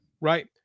right